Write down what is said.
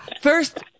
first